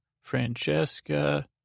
Francesca